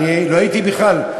לא הייתי בכלל.